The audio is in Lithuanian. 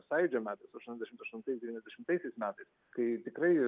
sąjūdžio metais aštuoniasdešimt aštuntais devyniasdešimtaisiais metais kai tikrai